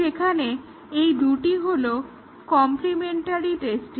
এখানে এই দুটি হলো কম্প্লিমেন্টারি টেস্টিং